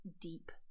deep